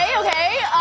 yeah okay.